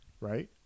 Right